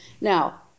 Now